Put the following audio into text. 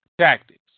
tactics